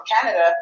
Canada